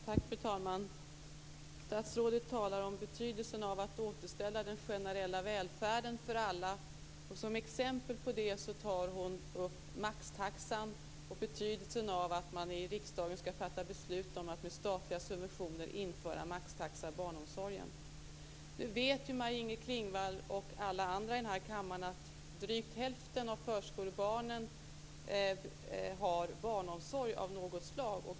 Fru talman! Statsrådet talar om betydelsen av att återställa den generella välfärden för alla. Som exempel på det tar hon upp betydelsen av att riksdagen skall fatta beslut om att med statliga subventioner införa maxtaxa i barnomsorgen. Nu vet Maj-Inger Klingvall och alla andra i kammaren att det är drygt hälften av förskolebarnen som har barnomsorg av något slag.